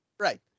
Right